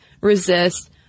resist